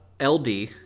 LD